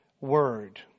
word